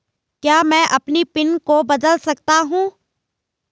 क्या मैं अपने पिन को बदल सकता हूँ?